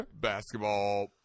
basketball